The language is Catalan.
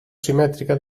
simètrica